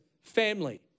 family